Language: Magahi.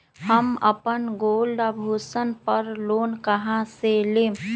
हम अपन गोल्ड आभूषण पर लोन कहां से लेम?